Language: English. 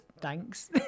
thanks